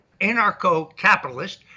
anarcho-capitalist